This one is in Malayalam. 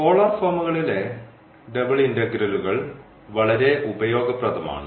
പോളാർ ഫോമുകളിലെ ഡബ്ൾ ഇന്റഗ്രലുകൾ വളരെ ഉപയോഗപ്രദമാണ്